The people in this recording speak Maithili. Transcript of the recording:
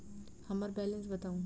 हम्मर बैलेंस बताऊ